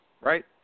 right